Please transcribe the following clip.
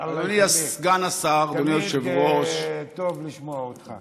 אדוני סגן השר, טוב לשמוע אותך.